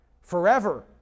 Forever